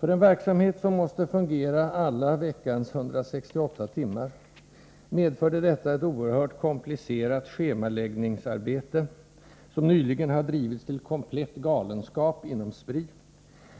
För en verksamhet som måste fungera alla veckans 168 timmar medförde detta ett oerhört komplicerat schemaläggningsarbete, som nyligen har drivits till komplett galenskap inom Spri,